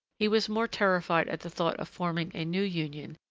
he was more terrified at the thought of forming a new union,